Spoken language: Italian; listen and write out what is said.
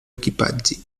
equipaggi